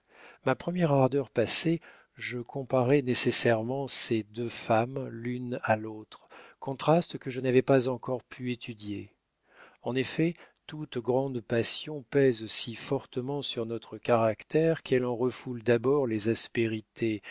ma première ardeur passée je comparai nécessairement ces deux femmes l'une à l'autre contraste que je n'avais pas encore pu étudier en effet toute grande passion pèse si fortement sur notre caractère qu'elle en refoule d'abord les aspérités